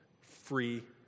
free